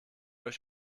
euch